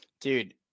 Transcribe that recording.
Dude